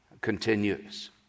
continues